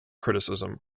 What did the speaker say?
criticism